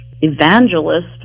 evangelist